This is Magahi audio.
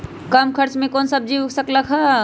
कम खर्च मे कौन सब्जी उग सकल ह?